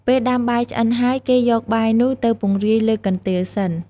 ពេលដាំបាយឆ្អិនហើយ គេយកបាយនោះទៅពង្រាយលើកន្ទេលសិន។